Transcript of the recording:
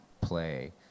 play